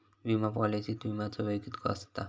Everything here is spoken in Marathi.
विमा पॉलिसीत विमाचो वेळ कीतको आसता?